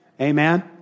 Amen